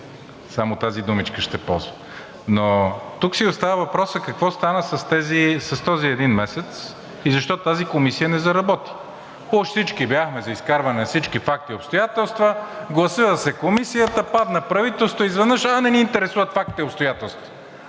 Само тази думичка ще ползвам. Но тук си остава въпросът: какво стана с този един месец и защо тази комисия не заработи? Уж всички бяхме за изкарване на всички факти и обстоятелства, гласува се Комисията, падна правителството и изведнъж: „А, не ни интересуват фактите и обстоятелствата.“